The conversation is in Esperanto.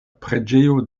preĝejo